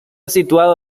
situado